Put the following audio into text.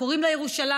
וקוראים לה ירושלים,